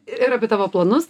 ir apie tavo planus